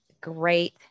great